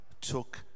took